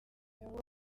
ahubwo